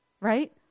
Right